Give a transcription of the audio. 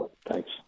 Thanks